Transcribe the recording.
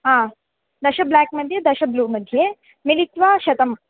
हा दश ब्लाक् मध्ये दश ब्लू मध्ये मिलित्वा शतम्